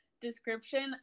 description